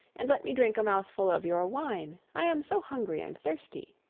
and let me drink a mouthful of your wine i am so hungry and thirsty.